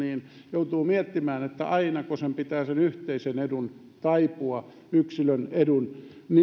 joutuu miettimään ainako sen yhteisen edun pitää taipua yksilön edun